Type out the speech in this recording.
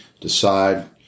decide